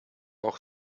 auch